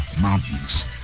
Mountains